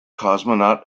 cosmonaut